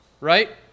Right